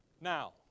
Now